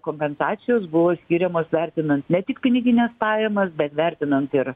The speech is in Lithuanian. kompensacijos buvo skiriamos vertinant ne tik pinigines pajamas bet vertinant ir